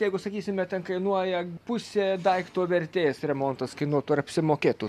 jeigu sakysime tekainuoja pusė daikto vertės remontas kainuotų ar apsimokėtų